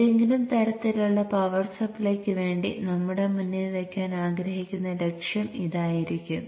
ഏതെങ്കിലും തരത്തിലുള്ള പവർ സപ്ലൈക്ക് വേണ്ടി നമ്മുടെ മുന്നിൽ വയ്ക്കാൻ ആഗ്രഹിക്കുന്ന ലക്ഷ്യം ഇതായിരിക്കും